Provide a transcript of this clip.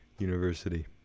University